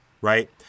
right